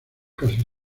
casi